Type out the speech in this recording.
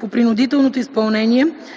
по принудителното изпълнение,